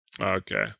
Okay